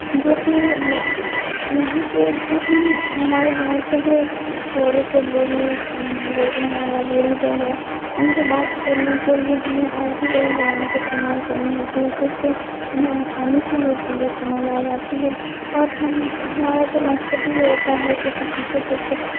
جوکہ یہاں کے جو ہم ہمارے گاؤں کے جو تھوڑے سے بوڑھے لوگ ہیں یا بوڑھی لوگ ہیں ان سے بات کرنے کے لیے ہمیں آج بھی وہی زبان کے استعمال کرنی ہوتی ہے کیونکہ انہیں آسانی سے یہ چیزیں سمجھ آ جاتی ہے اور ہم ہمارا تو مقصد ہی یہ ہوتا ہے کہ کسی کو کچھ